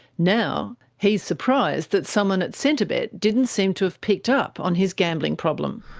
now he is surprised that someone at centrebet didn't seem to have picked up on his gambling problem.